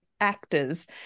actors